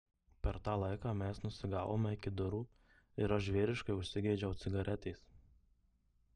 per tą laiką mes nusigavome iki durų ir aš žvėriškai užsigeidžiau cigaretės